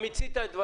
מיצית את דבריך.